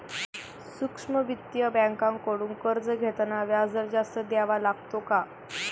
सूक्ष्म वित्तीय बँकांकडून कर्ज घेताना व्याजदर जास्त द्यावा लागतो का?